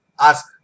ask